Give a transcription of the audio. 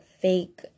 fake